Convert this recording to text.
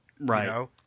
Right